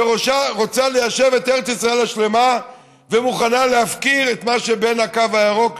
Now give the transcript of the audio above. שרוצה ליישב את ארץ ישראל השלמה ומוכנה להפקיר את מה שבין הקו הירוק,